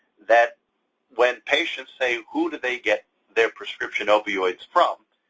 that when patients say who do they get their prescription opioids from,